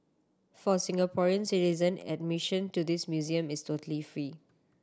for Singaporean citizen admission to this museum is totally free